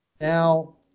Now